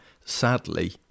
sadly